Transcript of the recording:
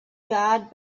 guard